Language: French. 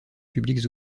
publiques